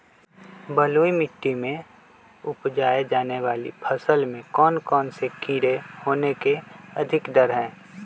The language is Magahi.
बलुई मिट्टी में उपजाय जाने वाली फसल में कौन कौन से कीड़े होने के अधिक डर हैं?